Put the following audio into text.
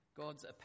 God's